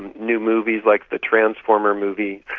new movies like the transformer movie,